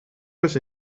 was